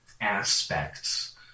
aspects